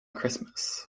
christmas